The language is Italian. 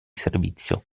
servizio